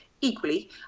Equally